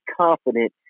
confident